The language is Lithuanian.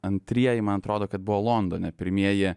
antrieji man atrodo kad buvo londone pirmieji